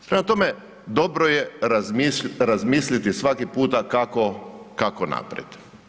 Prema tome, dobro je razmisliti svaki puta kako naprijed.